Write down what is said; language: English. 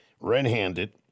red-handed